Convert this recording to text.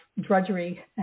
drudgery